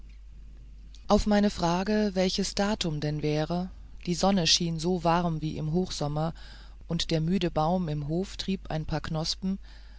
auf meine frage welches datum denn wäre die sonne schien so warm wie im hochsommer und der müde baum im hof trieb ein paar knospen